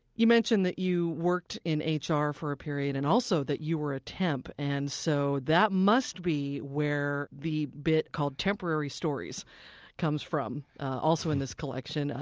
you mentioned that you worked in ah hr for a period and also that you were a temp, and so that must be where the bit called temporary stories comes from, also in this collection.